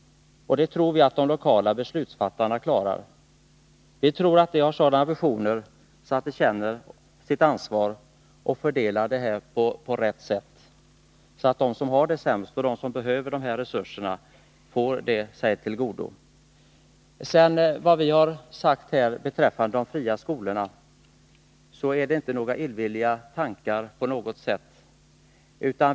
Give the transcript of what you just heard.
Vi tror att de lokala beslutsfattarna klarar det. Vi tror att de känner sitt ansvar och fördelar pengarna på rätt sätt, så att resurserna kommer dem till godo som bäst behöver det. Vad beträffar de fria skolorna är det inte några illvilliga tankar vi har framfört.